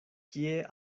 kie